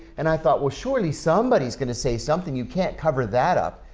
and i thought, well, surely somebody's gonna say something, you can't cover that up.